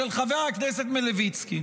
של חבר הכנסת מלביצקי.